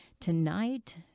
Tonight